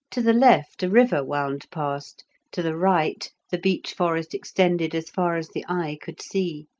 to the left a river wound past to the right the beech forest extended as far as the eye could see.